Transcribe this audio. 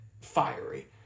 fiery